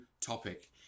topic